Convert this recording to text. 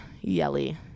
yelly